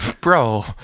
Bro